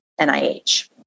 NIH